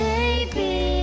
Baby